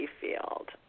field